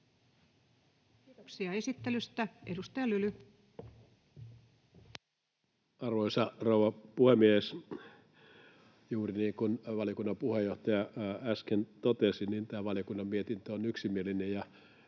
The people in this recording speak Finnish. Time: 18:14 Content: Arvoisa rouva puhemies! Juuri niin kuin valiokunnan puheenjohtaja äsken totesi, tämä valiokunnan mietintö on yksimielinen.